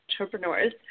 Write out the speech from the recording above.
entrepreneurs